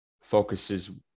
focuses